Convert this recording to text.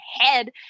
head